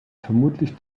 vermutlich